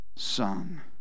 son